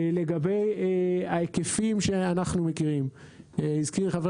לגבי ההיקפים שאנחנו מכירים, הזכיר חבר